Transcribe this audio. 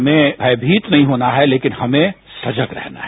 हमें भयभीत नहीं होना है लेकिन हमें सजग रहना है